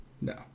No